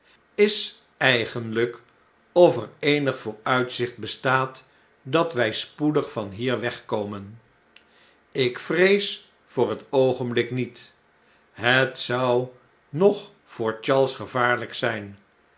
is eigenlijk of er eenig vooruitzicht bestaat dat wij spoedig van hier wegkomen lk vrees voor het oogen blik niet het zou nog voor charles gevaarljjk zyn